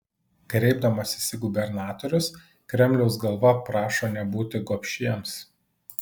kreipdamasis į gubernatorius kremliaus galva prašo nebūti gobšiems